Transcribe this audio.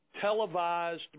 televised